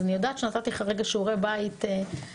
אז אני יודעת שנתתי לך כרגע שיעורי בית בסוף,